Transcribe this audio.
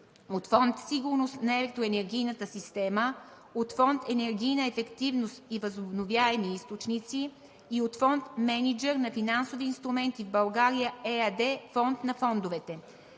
от Фонд „Сигурност на електроенергийната система“, от Фонд „Енергийна ефективност и възобновяеми източници“ и от „Фонд мениджър на финансови инструменти в България“ ЕАД – Фонд на фондовете;